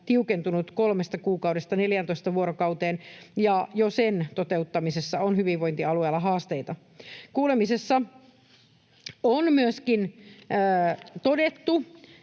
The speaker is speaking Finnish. tiukentunut kolmesta kuukaudesta 14 vuorokauteen, ja jo sen toteuttamisessa on hyvinvointialueilla haasteita. Kuulemisessa on myöskin todettu,